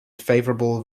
favorable